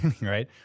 right